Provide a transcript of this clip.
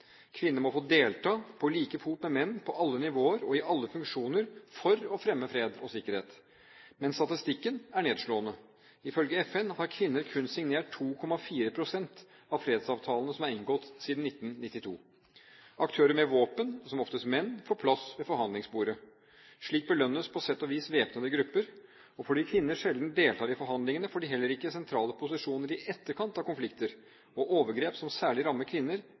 Kvinner må få delta på like fot med menn på alle nivåer og i alle funksjoner for å fremme fred og sikkerhet. Men statistikken er nedslående. Ifølge FN har kvinner kun signert 2,4 pst. av fredsavtalene som er inngått siden 1992. Aktører med våpen – som oftest menn – får plass ved forhandlingsbordene. Slik belønnes på sett og vis væpnede grupper. Fordi kvinner sjelden deltar i forhandlingene, får de heller ikke sentrale posisjoner i etterkant av konflikter, og overgrep som særlig rammer kvinner,